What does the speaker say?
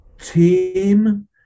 team